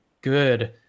good